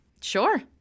Sure